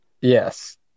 Yes